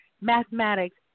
mathematics